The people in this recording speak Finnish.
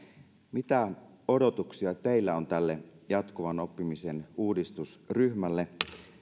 mitä odotuksia teillä on tälle jatkuvan oppimisen uudistusryhmälle